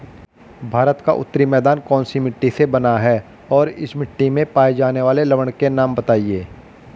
भारत का उत्तरी मैदान कौनसी मिट्टी से बना है और इस मिट्टी में पाए जाने वाले लवण के नाम बताइए?